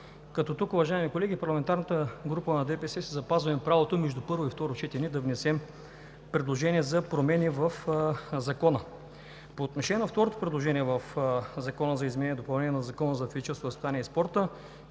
спорт. Уважаеми колеги, тук от парламентарната група на ДПС си запазваме правото между първо и второ четене да внесем предложение за промени в Закона. По отношение на второто предложение в Закона за изменение и допълнение на Закона за физическото възпитание и спорта,